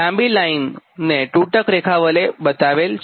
લાંબી લાઇનને તૂટક રેખા વડે બતાવેલ છે